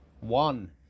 one